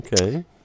okay